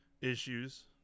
issues